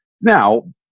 now